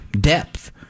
depth